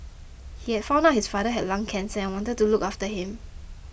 he had found out his father had lung cancer and wanted to look after him